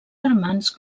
germans